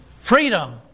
Freedom